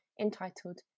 entitled